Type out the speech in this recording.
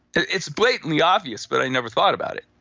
it's blatantly obvious, but i never thought about it.